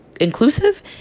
inclusive